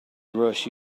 rush